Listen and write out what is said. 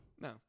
No